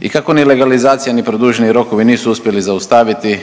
I kako ni legalizacija, ni produženi rokovi nisu uspjeli zaustaviti